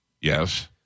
Yes